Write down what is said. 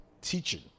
teaching